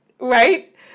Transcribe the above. Right